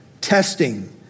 testing